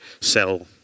sell